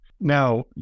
Now